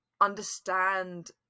understand